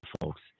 folks